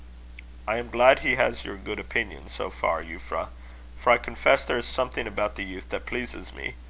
i am glad he has your good opinion so far, euphra for i confess there is something about the youth that pleases me.